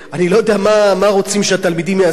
אני לא יודע מה רוצים שהתלמידים יעשו,